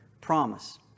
promise